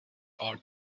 art